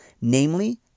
Namely